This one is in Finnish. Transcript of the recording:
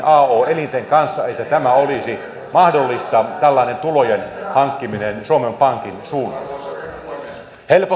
elinten kanssa että tämä olisi mahdollista tällainen tulojen hankkiminen suomen pankin suunnasta